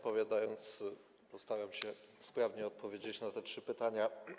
Postaram się sprawnie odpowiedzieć na te trzy pytania.